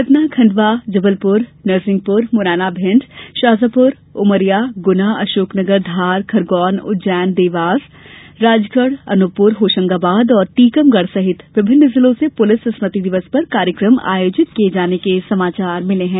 सतना खंडवा जबलपुर नरसिंहपुर मुरैना भिंड रीवा ग्वालियर शाजापुर विदिशा रायसेन उमरिया गुना अशोकनगर धार खरगोन उज्जैन देवास राजगढ़ अनुपपुर होशगाबाद और टीकमगढ़ सहित विभिन्न जिलों से पुलिस स्मृति दिवस पर कार्यक्रम आयोजित किये जाने के समाचार मिले हैं